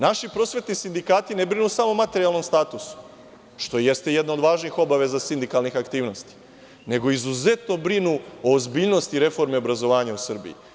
Naši prosvetni sindikati ne brinu samo o materijalnom statusu, što jeste jedna od važnih obaveza sindikalnih aktivnosti, nego izuzetno brinu o ozbiljnosti reforme obrazovanja u Srbiji.